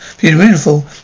Beautiful